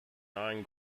nine